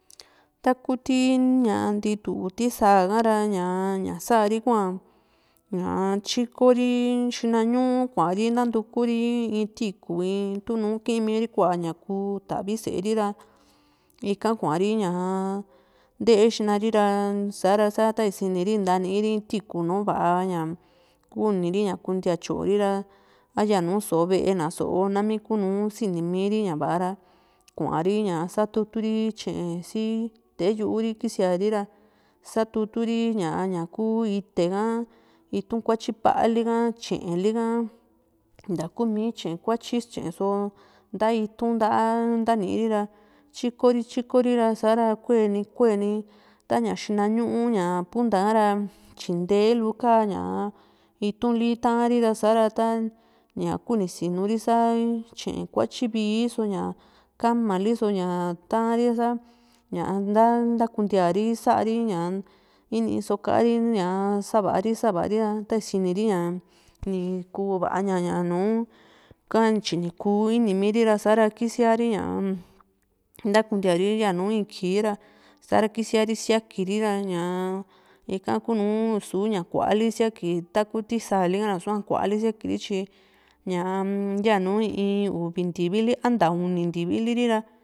ta kuu ntituu ti sáa hará ñá ñaa sa´ri hua ña tyikori xina ñuu kuari nantukuri in tiikù in tunu kimiri kua ñaku tavi sée ri ra ika kuari ntee xinari ra sa´ra tani sini ri ni ntaniiri tiikù nu vaá ña kuniri ña kuntia tyori ra a yanu só´o ve´e na so´o nami ku nùù sini ri ña va´a ra kueri satutu ri tye si te´e yu´uri kisiari ra satuturi ña´a ña ku iteha itu´n kuatyi paliika tyee´n lika nta kúmi tye kuatyi tyee´n so nta itu´n nta´a ntaniri ra tyikori tyikori ra sa´ra kueni kueni taña xinañu ña puntahara tyi nteelu ka ña itu´n li taari ra sa ta ña kuni sinuri sa tyee kuatyi vii so ña kamaliso´a ña taari sa ña ntakuntiari sa´ri ñaa i´nii so ka´ri ña sava ri´ra tani sini ri ña ni kuu va´a ña nùù ka ntyi niku inii mirira sara kisiaari ñaa-m ntakuntía ri yanu in kii ra sa+ ra kisiaari síakiri ra ñaa ika kunu in suña kuali síaakiri taku ti sáali ka ra ni sua kuali síaakiri tyi ñaam ya nu in uvi ntivili a nta uni ntiviliri ra